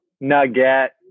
nugget